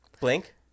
blink